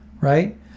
right